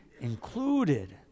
included